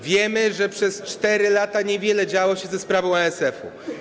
Wiemy, że przez 4 lata niewiele działo się ze sprawą ASF-u.